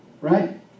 Right